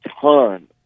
ton